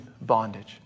bondage